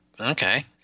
okay